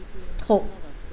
hope